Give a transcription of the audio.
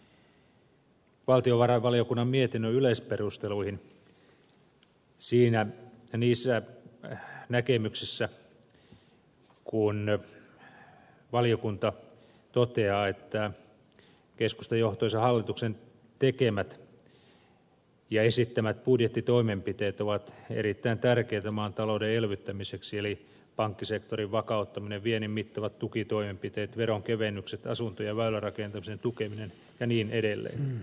yhdyn valtiovarainvaliokunnan mietinnön yleisperusteluihin niissä näkemyksissä kun valiokunta toteaa että keskustajohtoisen hallituksen tekemät ja esittämät budjettitoimenpiteet ovat erittäin tärkeitä maan talouden elvyttämiseksi eli pankkisektorin vakauttaminen viennin mittavat tukitoimenpiteet veronkevennykset asunto ja väylärakentamisen tukeminen ja niin edelleen